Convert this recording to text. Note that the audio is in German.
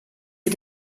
wir